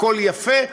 הכול יפה,